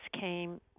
came